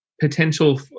potential